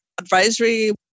advisory